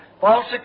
false